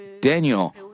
Daniel